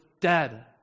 dead